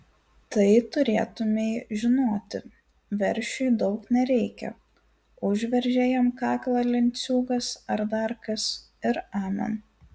tai turėtumei žinoti veršiui daug nereikia užveržė jam kaklą lenciūgas ar dar kas ir amen